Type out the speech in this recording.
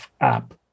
app